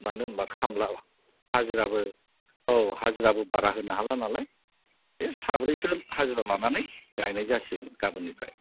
मानो होनबा खामला हाजिराबो औ हाजिराबो बारा होनो हाला नालाय बे साब्रैसो हाजिरा लानानै गायनाय जासिगोन गामोननिफ्राय